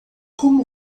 como